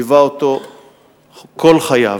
ליווה אותו כל חייו.